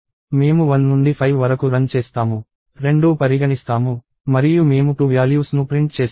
మేము 1 నుండి 5 వరకు రన్ చేస్తాము రెండూ పరిగణిస్తాము మరియు మేము 2 వ్యాల్యూస్ ను ప్రింట్ చేస్తాము